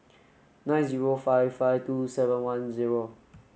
nine zero five five two seven one zero